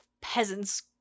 peasants